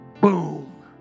Boom